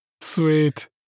Sweet